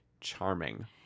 charming